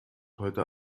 heute